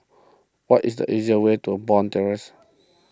what is the easiest way to Bond Terrace